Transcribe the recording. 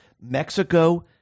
Mexico